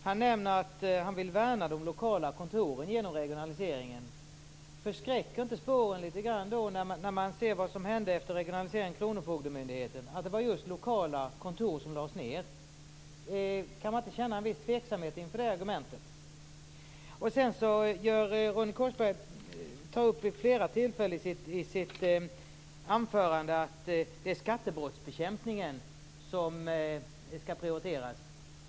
Herr talman! Jag har tre frågor till Ronny Korsberg. Han nämner att han vill värna de lokala kontoren genom regionaliseringen. Förskräcker inte spåren litet grand när man ser vad som hände efter regionaliseringen av kronofogdemyndigheten? Då var det just regionala kontor som lades ned. Kan man inte känna en viss tveksamhet inför det argumentet? Sedan tar Ronny Korsberg vid flera tillfällen i sitt anförande upp att det är skattebrottsbekämpningen som skall prioriteras.